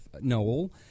Noel